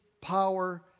power